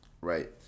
Right